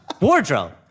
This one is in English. Wardrobe